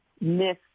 miss